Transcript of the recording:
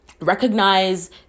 recognize